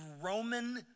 roman